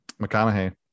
McConaughey